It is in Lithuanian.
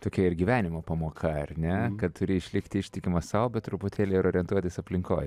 tokia ir gyvenimo pamoka ar ne kad turi išlikt ištikimas sau bet truputėlį ir orientuotis aplinkoj